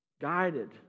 guided